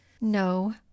No